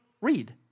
read